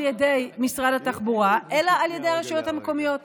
ידי משרד התחבורה אלא על ידי הרשויות המקומיות,